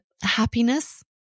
happiness